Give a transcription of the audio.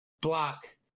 block